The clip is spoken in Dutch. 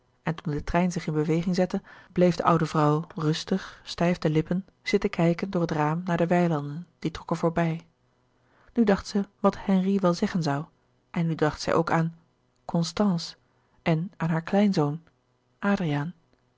toen de trein zich in beweging zette bleef de oude vrouw rustig stijf de lippen zitten kijken door het raam naar de weilanden die trokken voorbij nu dacht zij wat henri wel zeggen zoû en nu dacht zij ook aan constance en aan haar kleinzoon adriaan